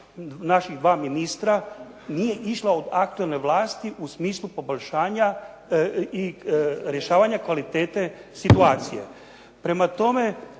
naših dva ministra nije išla od aktualne vlasti u smislu poboljšanja i rješavanja kvalitete situacije. Prema tome,